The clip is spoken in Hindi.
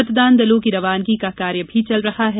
मतदान दलों की रवानगी का कार्य भी चल रहा है